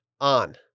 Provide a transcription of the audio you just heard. on